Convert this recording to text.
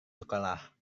sekolah